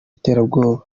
iterabwoba